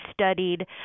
studied